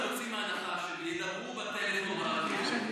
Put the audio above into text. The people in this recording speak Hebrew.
אנחנו יוצאים מהנחה שאם ידברו בטלפון מהרכבת,